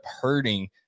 hurting